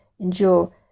endure